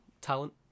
talent